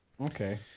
okay